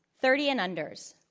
thirty and unders,